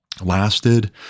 lasted